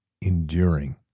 enduring